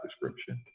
description